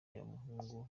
y’umuhungu